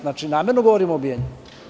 Znači, namerno govori o obijanju.